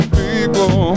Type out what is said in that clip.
people